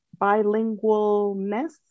bilingualness